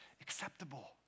acceptable